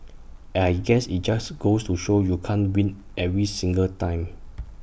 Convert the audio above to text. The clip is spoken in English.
I guess IT just goes to show you can't win every single time